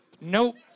Nope